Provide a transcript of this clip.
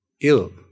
ill